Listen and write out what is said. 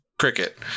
cricket